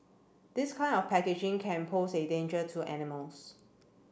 this kind of packaging can pose a danger to animals